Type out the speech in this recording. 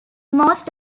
most